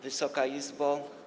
Wysoka Izbo!